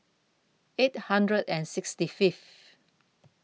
eight hundred and sixty Fifth